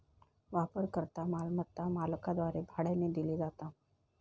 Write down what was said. वापरकर्ता मालमत्ता मालकाद्वारे भाड्यानं दिली जाता